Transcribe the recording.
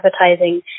advertising